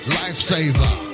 lifesaver